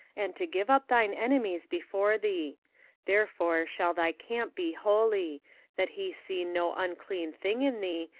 and to give up thine enemies before thee therefore shall thy camp be holy that he see no unclean thing in thee,